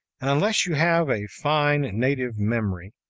and, unless you have a fine native memory,